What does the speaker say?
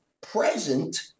present